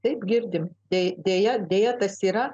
taip girdime tai deja deja tas yra